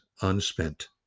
unspent